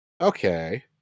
Okay